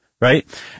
Right